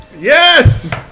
Yes